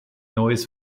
neues